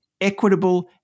equitable